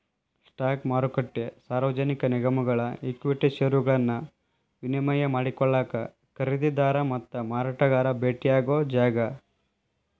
stock ಮಾರುಕಟ್ಟೆ ಸಾರ್ವಜನಿಕ ನಿಗಮಗಳ ಈಕ್ವಿಟಿ ಷೇರುಗಳನ್ನ ವಿನಿಮಯ ಮಾಡಿಕೊಳ್ಳಾಕ ಖರೇದಿದಾರ ಮತ್ತ ಮಾರಾಟಗಾರ ಭೆಟ್ಟಿಯಾಗೊ ಜಾಗ